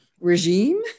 regime